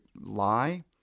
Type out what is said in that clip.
lie